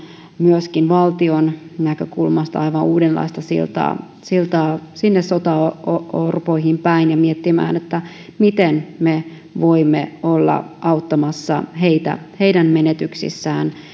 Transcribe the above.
myöskin valtion näkökulmasta aivan uudenlaista siltaa siltaa sinne sotaorpoihin päin ja miettimään miten me voimme olla auttamassa heitä heidän menetyksissään